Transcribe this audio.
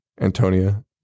Antonia